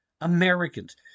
Americans—